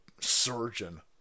surgeon